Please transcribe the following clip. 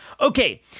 Okay